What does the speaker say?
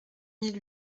mille